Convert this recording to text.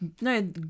No